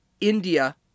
India